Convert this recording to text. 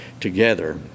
together